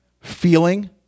feeling